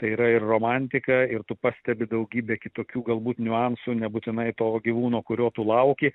tai yra ir romantika ir tu pastebi daugybę kitokių galbūt niuansų nebūtinai to gyvūno kurio tu lauki